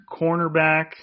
cornerback